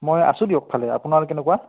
মই আছোঁ দিয়ক ভালে আপোনাৰ কেনেকুৱা